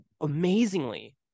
amazingly